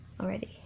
already